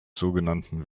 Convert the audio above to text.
sogenannten